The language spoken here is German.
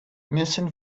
müssen